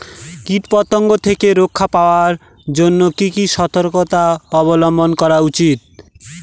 কীটপতঙ্গ থেকে রক্ষা পাওয়ার জন্য কি কি সর্তকতা অবলম্বন করা উচিৎ?